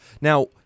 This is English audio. Now